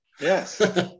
Yes